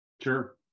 sure